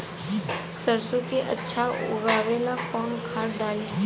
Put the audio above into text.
सरसो के अच्छा उगावेला कवन खाद्य डाली?